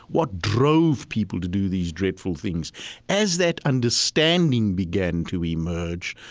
what drove people to do these dreadful things as that understanding began to emerge,